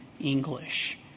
English